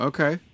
Okay